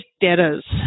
debtors